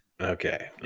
Okay